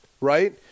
right